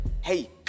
Hey